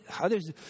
others